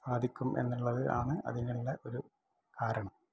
സാധിക്കും എന്നുള്ളത് ആണ് അതിനുള്ള ഒരു കാരണം